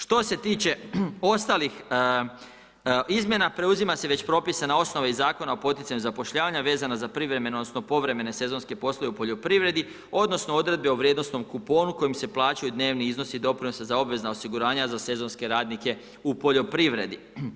Što se tiče ostalih izmjena, preuzima se već propisana osnova i Zakona o poticanju zapošljavanja vezana za privremene, odnosno povremene sezonske poslove u poljoprivredi odnosno odredbe o vrijednosnom kuponu kojim se plaćaju dnevni iznosi doprinosa za obvezna osiguranja za sezonske radnike u poljoprivredi.